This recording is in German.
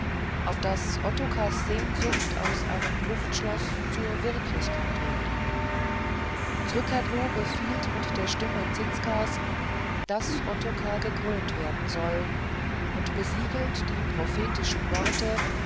auf daß ottokars sehnsucht aus einem luftschloß zu wirklichkeit werde zrcadlo befiehlt mit der stimme zizkas daß ottokar gekrönt werden soll und besiegelt die prophetischen worte